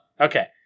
Okay